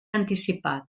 anticipat